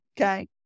okay